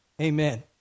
Amen